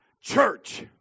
church